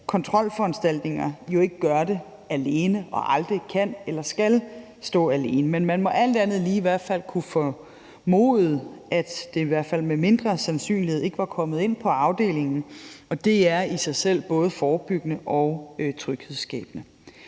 kontrolforanstaltninger jo ikke gør det alene og aldrig kan eller skal stå alene, men man må alt andet lige kunne formode, at det i hvert fald med mindre sandsynlighed var kommet ind på afdelingen, og det er i sig selv både forebyggende og tryghedsskabende.